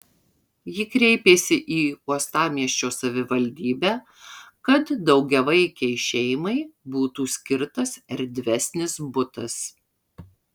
ji kreipėsi į uostamiesčio savivaldybę kad daugiavaikei šeimai būtų skirtas erdvesnis butas